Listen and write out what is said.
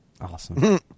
Awesome